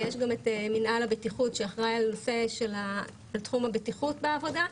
ויש גם את מינהל הבטיחות שאחראי על תחום הבטיחות בעבודה,